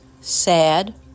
sad